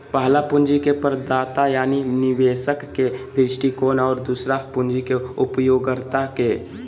पहला पूंजी के प्रदाता यानी निवेशक के दृष्टिकोण और दूसरा पूंजी के उपयोगकर्ता के